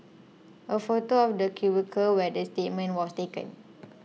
a photo of the cubicle where the statement was taken